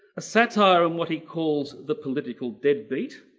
a satire on what he calls the political deadbeat,